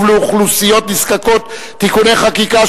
לאוכלוסיות נזקקות (תיקוני חקיקה),